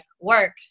work